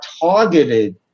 targeted